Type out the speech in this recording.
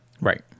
Right